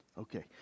okay